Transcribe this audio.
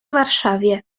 warszawie